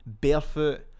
barefoot